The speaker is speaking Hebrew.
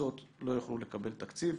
הקבוצות לא יוכלו לקבל תקציב.